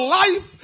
life